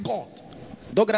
God